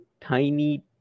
tiny